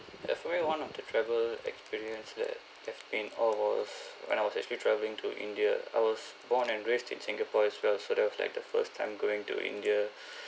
definitely one of the travel experience that left me in awe was when I was actually travelling to india I was born and raised in singapore as well so that was like the first time going to india